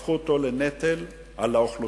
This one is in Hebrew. הפכו אותו לנטל על האוכלוסייה,